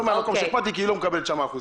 לא מהמקום ש- -- כי היא לא מקבלת שם אחוזים.